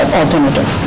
alternative